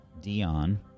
Dion